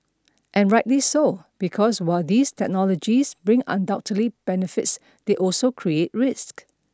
and rightly so because while these technologies bring undoubted benefits they also create risks